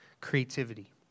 creativity